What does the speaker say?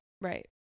Right